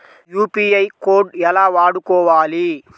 UPI code ఎలా వాడుకోవాలి?